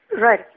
Right